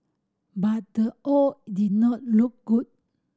but the odd did not look good